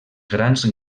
grans